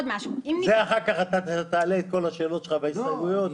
אחר כך תעלה את כל השאלות שלך וההסתייגויות.